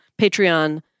Patreon